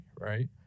right